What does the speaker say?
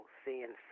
seeing